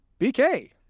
BK